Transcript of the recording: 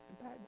Bad